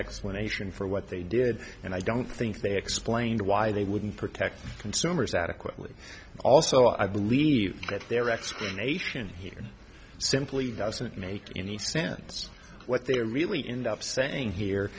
explanation for what they did and i don't think they explained why they wouldn't protect consumers adequately also i believe that their explanation here simply doesn't make any sense what they're really in the up saying here